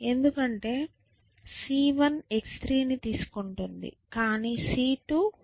ఎందుకంటే c1 x3 ని తీసుకుంటుంది కాని c2 y3 ని తీసుకుంటుంది